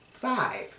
Five